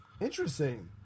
Interesting